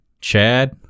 Chad